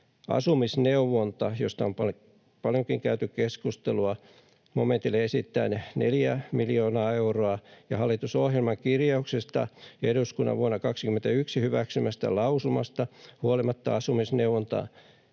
Asumisneuvontaan, josta on paljonkin käyty keskustelua, momentille esitetään 4 miljoonaa euroa. Hallitusohjelman kirjauksesta ja eduskunnan vuonna 21 hyväksymästä lausumasta huolimatta asumisneuvonnasta